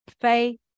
faith